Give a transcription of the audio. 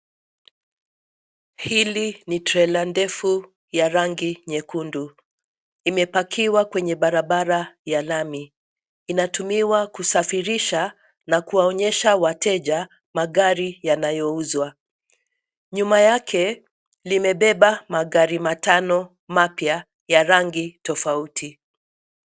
Hili ni trela ndefu, ya rangi nyekundu. Imepakiwa kwenye barabara ya lami. Inatumiwa kusafirisha, na kuwaonyesha wateja, magari yanayouzwa. Nyuma yake, limebeba magari matano mapya ya rangi tofauti.